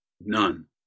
none